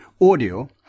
audio